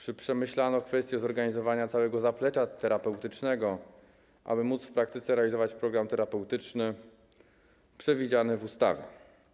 Czy przemyślano kwestię zorganizowania całego zaplecza terapeutycznego, aby móc w praktyce realizować program terapeutyczny przewidziany w ustawie?